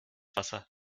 wasser